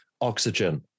oxygen